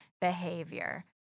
behavior